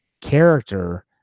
character